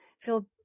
feel